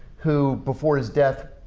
who, before his death,